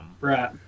Right